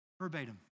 verbatim